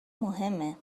مهمه